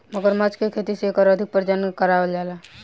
मगरमच्छ के खेती से एकर अधिक प्रजनन करावल जाला